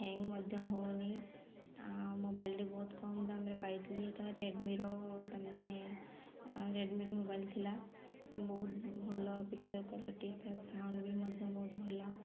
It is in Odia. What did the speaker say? ହ୍ୟାଙ୍ଗ୍ ମଧ୍ୟ ହଉନି ଆଉ ମୋବାଇଲ୍ଟି ବହୁତ କମ୍ ଦାମ୍ରେ ପାଇଥିଲି ସେଇଟା ରେଡ଼୍ମିର ତାମାନେ ରେଡ଼୍ମିର ମୋବାଇଲ୍ ଥିଲା ବହୁତ ଭଲ ପିକଚର୍ ତା'ର ସାଉଣ୍ଡ ବି ମଧ୍ୟ ବହୁତ ଭଲ